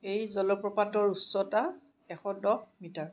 এই জলপ্ৰপাতৰ উচ্চতা এশ দহ মিটাৰ